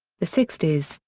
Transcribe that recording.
the sixties,